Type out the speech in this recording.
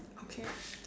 okay